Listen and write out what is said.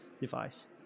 device